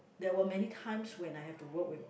there were many times when I have to work with